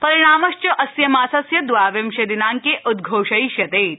परिणामश्च अस्य मासस्य द्वाविंशे दिनांके उद्घोषयिष्यते इति